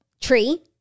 tree